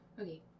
okay